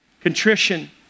Contrition